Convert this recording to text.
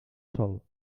sol